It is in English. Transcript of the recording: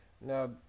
Now